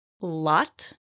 Lot